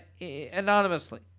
anonymously